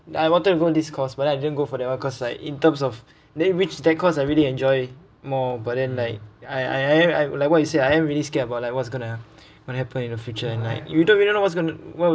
I wanted to go into this course but I didn't go for that [one] cause like in terms of then which that course I really enjoy more but then like I I I like what you said I am really scared about like what's going to happen in the future and like you don't you don't know what's going to what